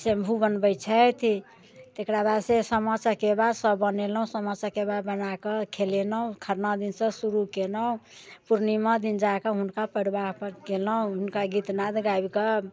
शंभु बनबैत छथि तेकरा बाद से सामा चकेबा सभ बनेलहुँ सामा चकेबा बनाके खेलेलहुँ खरना दिन से शुरु कयलहुँ पूर्णिमा दिन जाकऽ हुनका प्रवाह कयलहुँ हुनका गीतनाद गाबिके